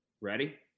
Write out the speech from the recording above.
Ready